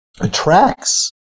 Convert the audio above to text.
attracts